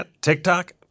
TikTok